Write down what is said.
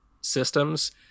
systems